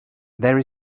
there